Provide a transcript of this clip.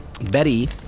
Betty